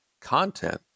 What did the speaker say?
content